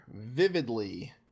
vividly